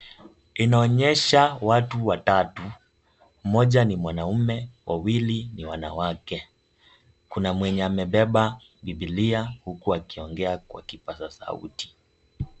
Inaonyesha watu watatu, mmoja ni mwanamke, wawili ni wanawake. Kuna mwenye amebeba bibilia huku akiongea kwa kupaza sauti.